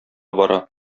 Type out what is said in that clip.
бара